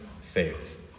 faith